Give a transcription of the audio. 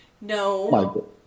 No